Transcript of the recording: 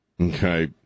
okay